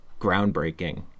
groundbreaking